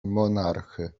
monarchy